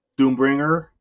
doombringer